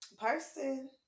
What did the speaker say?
Person